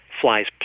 flies